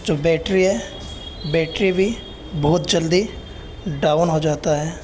جو بیٹری ہے بیٹری بھی بہت جلدی ڈاون ہو جاتا ہے